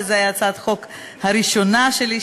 וזו הייתה הצעת החוק הראשונה שלי,